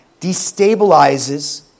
destabilizes